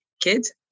kids